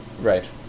Right